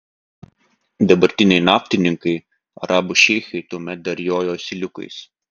dabartiniai naftininkai arabų šeichai tuomet dar jojo asiliukais